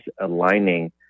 aligning